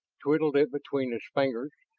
twiddled it between his fingers,